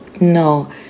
No